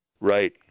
Right